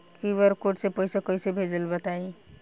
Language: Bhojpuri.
क्यू.आर कोड से पईसा कईसे भेजब बताई?